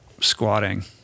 Squatting